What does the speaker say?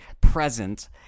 present